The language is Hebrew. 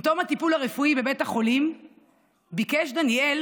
עם תום הטיפול הרפואי בבית החולים ביקש דניאל